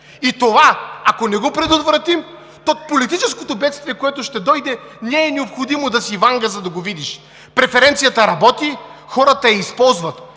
Това, ако не го предотвратим, то политическото бедствие, което ще дойде, не е необходимо да си Ванга, за да го видиш! Преференцията работи, хората я използват!